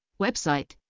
Website